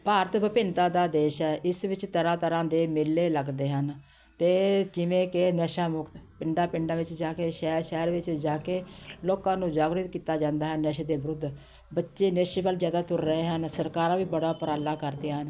ਭਾਰਤ ਵਿਭਿੰਨਤਾ ਦਾ ਦੇਸ਼ ਹੈ ਇਸ ਵਿੱਚ ਤਰ੍ਹਾਂ ਤਰ੍ਹਾਂ ਦੇ ਮੇਲੇ ਲੱਗਦੇ ਹਨ ਅਤੇ ਜਿਵੇਂ ਕਿ ਨਸ਼ਾ ਮੁਕਤ ਪਿੰਡਾਂ ਪਿੰਡਾਂ ਵਿੱਚ ਜਾ ਕੇ ਸ਼ਹਿਰ ਸ਼ਹਿਰ ਵਿੱਚ ਜਾ ਕੇ ਲੋਕਾਂ ਨੂੰ ਜਾਗਰੂਕ ਕੀਤਾ ਜਾਂਦਾ ਹੈ ਨਸ਼ੇ ਦੇ ਵਿਰੁੱਧ ਬੱਚੇ ਨਸ਼ੇ ਵੱਲ ਜ਼ਿਆਦਾ ਤੁਰ ਰਹੇ ਹਨ ਸਰਕਾਰਾਂ ਵੀ ਬੜਾ ਉਪਰਾਲਾ ਕਰਦੀਆਂ ਹਨ